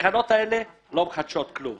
התקנות האלה לא מחדשות כלום.